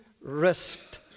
risked